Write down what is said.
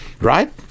right